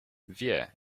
wie